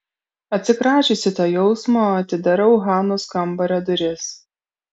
atsikračiusi to jausmo atidarau hanos kambario duris